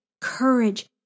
courage